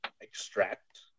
extract